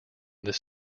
this